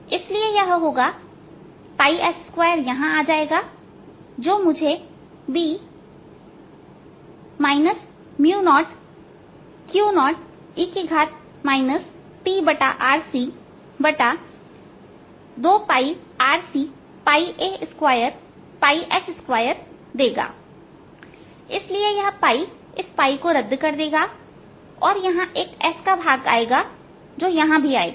इसलिए यह होगाs2यहां आ जाएगा जो मुझे B 0Q0e tRC 2RCa2 s2देगा इसलिए यह इस को रद्द कर देगा और यहां एक s का भाग आएगा जो यहां भी आएगा